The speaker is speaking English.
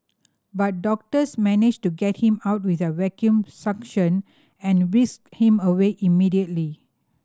but doctors managed to get him out with a vacuum suction and whisked him away immediately